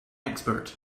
expert